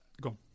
Go